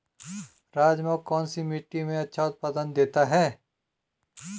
राजमा कौन सी मिट्टी में अच्छा उत्पादन देता है?